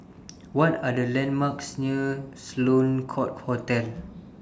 What Are The landmarks near Sloane Court Hotel